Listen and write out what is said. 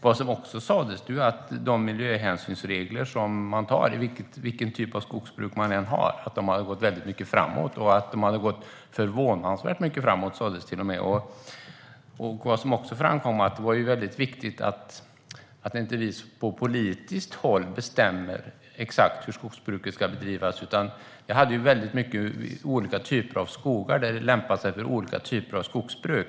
Vad som också sas var att miljöhänsynsreglerna, vilken typ av skogsbruk man än har, har gått förvånansvärt mycket framåt. Vad som också framkom var att det är väldigt viktigt att vi inte från politiskt håll bestämmer exakt hur skogsbruket ska bedrivas. Det finns ju väldigt många olika typer av skogar där det lämpar sig med olika typer av skogsbruk.